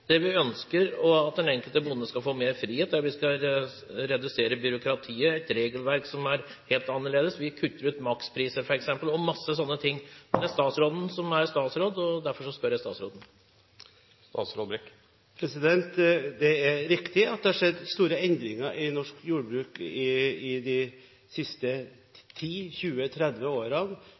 Det vi ønsker, er at den enkelte bonde skal få mer frihet. Vi skal redusere byråkratiet og få et regelverk som er helt annerledes. Vi vil f.eks. kutte ut makspriser – og masse sånne ting. Men det er statsråden som er statsråd – derfor spør jeg statsråden. Det er riktig at det har skjedd store endringer i norsk jordbruk i de siste 10, 20, 30 årene